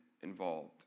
involved